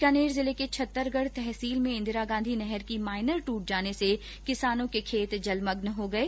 बीकानेर जिले के छत्तरगढ तहसील में इंदिरा गांधी नहर की माइनर दूट जाने से किसानों के खेत जलमग्न हो गये